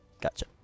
gotcha